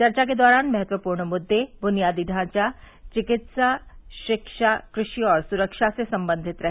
चर्चा के दौरान महत्वपूर्ण मुद्दे बुनियादी ढांचा चिकित्सा रिक्षा कृषि और सुरक्षा से संबंधित रहे